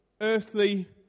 earthly